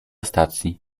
stacji